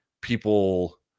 people